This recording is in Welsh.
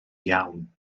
iawn